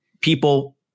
people